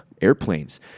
airplanes